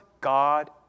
God